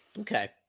Okay